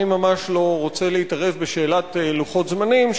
אני ממש לא רוצה להתערב בשאלת לוחות זמנים,